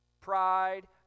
Pride